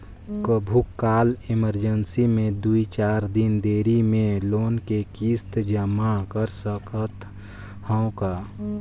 कभू काल इमरजेंसी मे दुई चार दिन देरी मे लोन के किस्त जमा कर सकत हवं का?